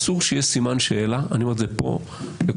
אסור שיהיה סימן שאלה אני אומר את זה פה לכל